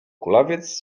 kulawiec